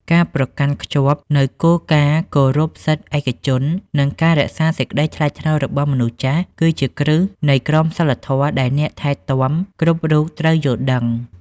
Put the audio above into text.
ការប្រកាន់ខ្ជាប់នូវគោលការណ៍គោរពសិទ្ធិឯកជន និងការរក្សាសេចក្តីថ្លៃថ្នូររបស់មនុស្សចាស់ គឺជាគ្រឹះនៃក្រមសីលធម៌ដែលអ្នកថែទាំគ្រប់រូបត្រូវយល់ដឹង។